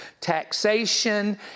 Taxation